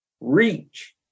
Reach